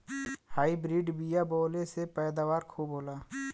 hybrid बिया बोवले से पैदावार खूब होला